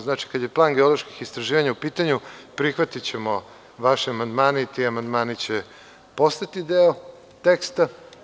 Znači, kada je plan geoloških istraživanja u pitanju prihvatićemo vaše amandmane i ti amandmani će postati deo teksta.